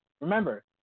Remember